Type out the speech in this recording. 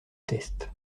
test